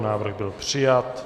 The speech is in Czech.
Návrh byl přijat.